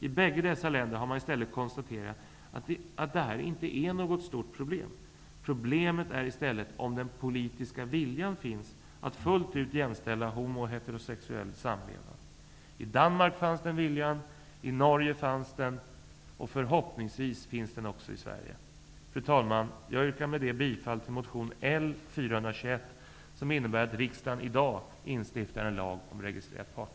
I bägge dessa länder har man i stället konstaterat att detta inte är något stort problem. Problemet är i stället huruvida den politiska viljan finns att fullt ut jämställa homo och heterosexuell samlevnad. I Danmark och även i Norge fanns den viljan. Förhoppningsvis finns den också i Sverige. Fru talman! Jag yrkar med detta bifall till motion